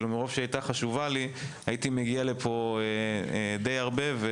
מרוב שהיא היתה חשובה לי הייתי מגיע לפה די הרבה.